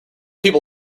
people